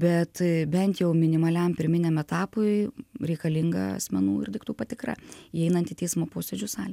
bet bent jau minimaliam pirminiam etapui reikalinga asmenų ir daiktų patikra įeinant į teismo posėdžių salę